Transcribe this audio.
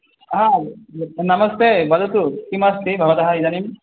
नमस्ते वदतु किमस्ति भवतः इदानीम्